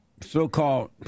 so-called